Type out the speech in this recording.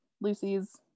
Lucy's